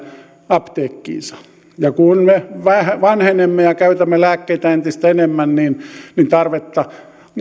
apteekkiinsa ja kun me vanhenemme ja käytämme lääkkeitä entistä enemmän niin tarvetta